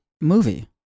movie